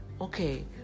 Okay